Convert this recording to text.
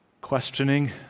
questioning